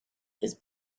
his